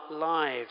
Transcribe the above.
lives